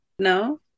No